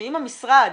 שאם המשרד,